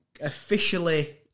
officially